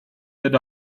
that